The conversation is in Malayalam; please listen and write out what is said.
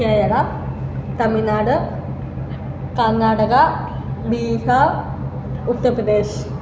കേരള തമിഴ്നാട് കർണാടക ബീഹാർ ഉത്തർപ്രേദേശ്